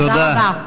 תודה רבה.